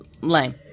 Lame